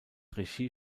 regie